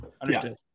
Understood